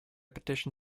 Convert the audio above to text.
petition